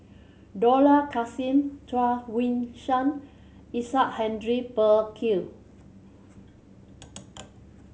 Dollah Kassim Chuang Hui Tsuan Isaac Henry Burkill